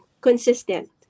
consistent